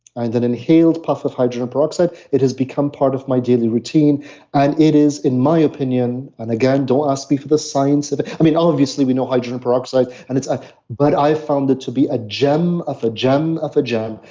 and an inhaled puff of hydrogen peroxide, it has become part of my daily routine and it is in my opinion, and again, don't ask me for the science of it. i mean obviously we know hydrogen peroxide, and ah but i found it to be a gem of a gem of a gem.